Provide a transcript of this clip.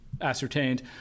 ascertained